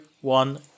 one